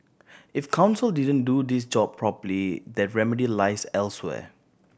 if counsel didn't do this job properly the remedy lies elsewhere